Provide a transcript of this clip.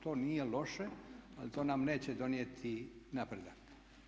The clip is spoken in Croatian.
To nije loše ali to nam neće donijeti napredak.